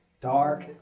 dark